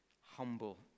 humble